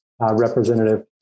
Representative